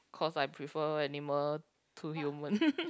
cause I prefer animal to human